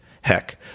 Heck